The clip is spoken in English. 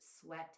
sweat